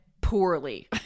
poorly